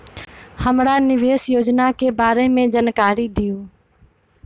हमरा निवेस योजना के बारे में जानकारी दीउ?